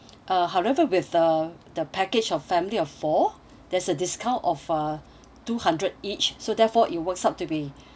uh however with the the package of family of four there's a discount of uh two hundred each so therefore it works out to be